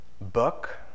book